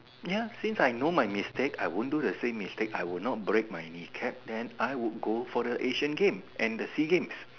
ya since I know my mistake I won't do the same mistake I will not break my kneecap then I would go for the Asian game and the sea games